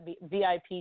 VIP